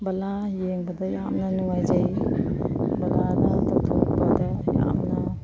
ꯕꯂꯥ ꯌꯦꯡꯕꯗ ꯌꯥꯝꯅ ꯅꯨꯡꯉꯥꯏꯖꯩ ꯕꯂꯥꯅ ꯇꯧꯊꯣꯔꯛꯄꯗ ꯌꯥꯝꯅ